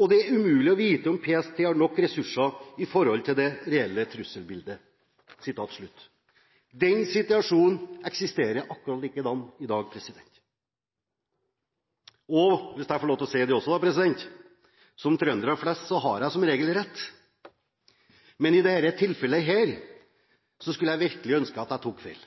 og det er umulig å vite om PST har nok ressurser i forhold til det reelle trusselbilde.» Den situasjonen eksisterer akkurat likedan i dag, og hvis jeg får lov til å si det også: Som trøndere flest har jeg som regel rett, men i dette tilfellet skulle jeg virkelig ønske at jeg tok feil.